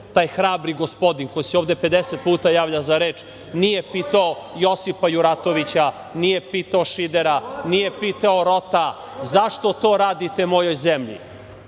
taj hrabri gospodin, koji se ovde 50 puta javlja za reč, nije pitao Josipa Juratovića, nije pitao Šidera, nije pitao Rota – zašto to radite mojoj zemlji?